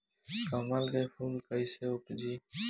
कमल के फूल कईसे उपजी?